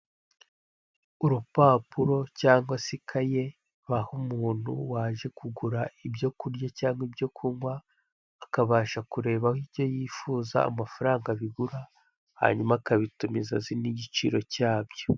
Urupapuro cyangwa se ikaye baha umuntu waje kugura ibyo kurya cyangwa ibyo kunywa, akabasha kurebaho ibyo yifuza amafaranga bigura hanyuma akabitumiza azi n'igiciro cyabyo.